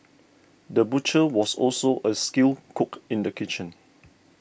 the butcher was also a skilled cook in the kitchen